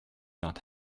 not